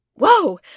Whoa